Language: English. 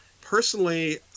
Personally